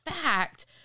fact